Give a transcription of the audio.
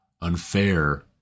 unfair